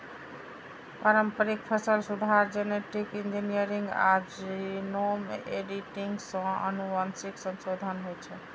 पारंपरिक फसल सुधार, जेनेटिक इंजीनियरिंग आ जीनोम एडिटिंग सं आनुवंशिक संशोधन होइ छै